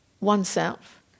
oneself